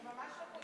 זה ממש לא פוליטי.